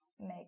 make